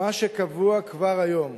מה שקבוע כבר היום